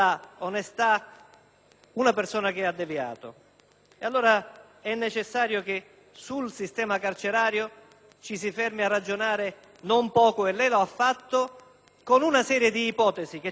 una persona che ha deviato. È allora necessario che sul sistema carcerario ci si fermi a ragionare non poco, e lei l'ha fatto, signor Ministro, con una serie di ipotesi che certamente vanno